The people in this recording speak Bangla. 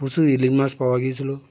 প্রচুর ইলিশ মাছ পাওয়া গিয়েছিল